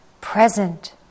present